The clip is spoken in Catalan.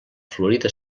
florida